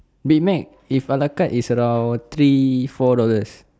big Mac if ala carte is around three four dollars